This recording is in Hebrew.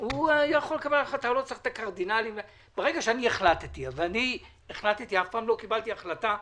הם לא היו ממליצים על הדרך הזאת אם הם היו חושבים שמסכנים פה את הפנסיה.